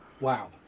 Wow